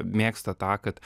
mėgsta tą kad